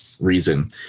reason